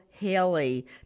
Haley